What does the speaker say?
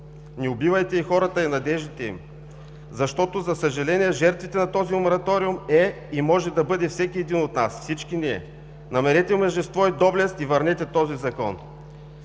Не убивайте и хората, и надеждите им, защото, за съжаление, жертвите на този мораториум са и може да бъде всеки един от нас, всички ние. Намерете мъжество и доблест и върнете този закон.“